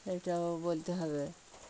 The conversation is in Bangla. এটা বলতে হবে